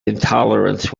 intolerance